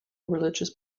religious